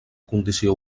condició